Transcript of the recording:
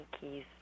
keys